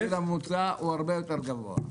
הגיל הממוצע הרבה יותר גבוה.